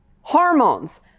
hormones